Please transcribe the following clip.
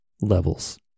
levels